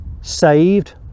saved